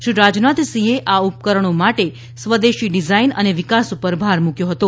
શ્રી રાજનાથસિંહે આ ઉપકરણો માટે સ્વદેશી ડિઝાઇન અને વિકાસ પર ભાર મૂક્યો હતો